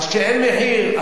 וכשאין מחיר,